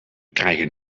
krijgen